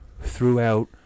throughout